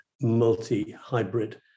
multi-hybrid